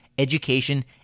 education